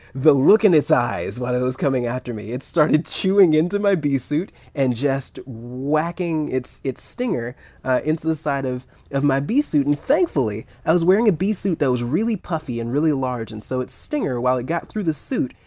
the look in its eyes while it was coming after me it started chewing into my bee suit and just whacking its its stinger into the side of of my bee suit. and thankfully, i was wearing a bee suit that was really puffy and really large. and so its stinger, while it got through the suit,